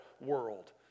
world